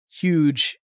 huge